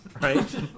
right